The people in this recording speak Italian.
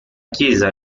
chiesa